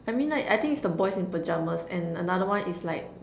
I mean like it's the boys in pyjamas and another one is like